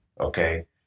Okay